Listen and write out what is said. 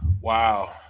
Wow